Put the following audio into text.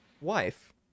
Wife